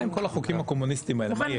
מה עם כל החוקים הקומוניסטיים האלה?